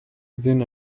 then